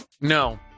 No